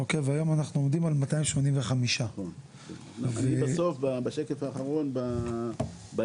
אוקיי והיום אנחנו עומדים על 285. בסוף בשקף האחרון באתגרים,